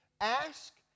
Ask